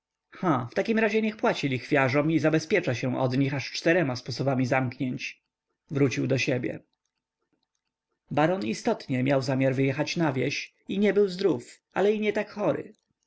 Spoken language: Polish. ha w takim razie niech płaci lichwiarzom i zabezpiecza się od nich aż czterema sposobami zamknięć wrócił do siebie baron istotnie miał zamiar wyjechać na wieś i nie był zdrów ale i nie tak chory